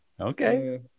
Okay